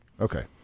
Okay